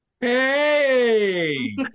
hey